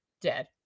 dead